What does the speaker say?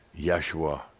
Yeshua